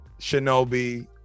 shinobi